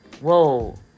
Whoa